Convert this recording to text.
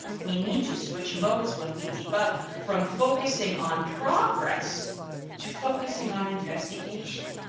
we need to switch modes when we debug from focusing on progress to focusing on investigation.